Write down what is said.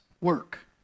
work